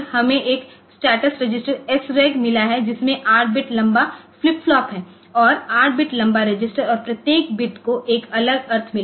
हमें एक status register SREG मिला है जिसमें 8 बिट लंबा फ्लिप फ्लॉपहै और 8 बिट लंबा रजिस्टर और प्रत्येक बिट को एक अलग अर्थ मिला है